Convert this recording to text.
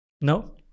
No